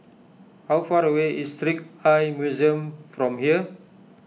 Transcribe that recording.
how far away is Trick Eye Museum from here